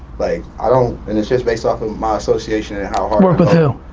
like i don't, and it's just based off of my association work with who?